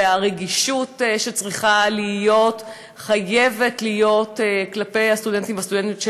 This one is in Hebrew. והרגישות שצריכה להיות חייבת להיות כלפי הסטודנטים והסטודנטיות שלנו.